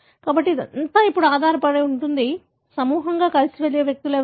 కాబట్టి ఇదంతా ఇప్పుడు ఆధారపడి ఉంటుంది సమూహంగా కలిసి వెళ్లే వ్యక్తులు ఎవరు